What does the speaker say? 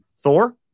Thor